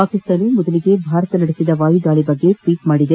ಪಾಕಿಸ್ತಾನ ಮೊದಲಿಗೆ ಭಾರತ ನಡೆಸಿದ ವಾಯುದಾಳಿ ಬಗ್ಗೆ ಟ್ವೀಟ್ ಮಾಡಿದೆ